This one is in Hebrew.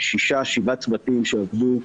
שישה-שבעה צוותים שעבדו.